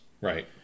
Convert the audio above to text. Right